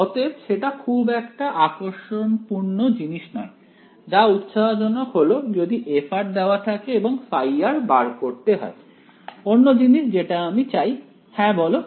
অতএব সেটা খুব একটা আকর্ষণপূর্ণ জিনিস নয় যা উৎসাহজনক হলো যদি f দেওয়া থাকে এবং ϕ বার করতে হয় অন্য জিনিস যেটা আমি চাই হ্যাঁ বলো